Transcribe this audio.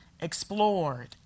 explored